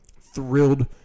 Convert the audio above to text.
thrilled